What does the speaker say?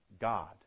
God